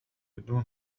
بدون